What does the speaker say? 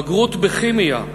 בגרות בכימיה,